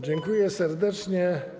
Dziękuję serdecznie.